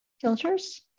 filters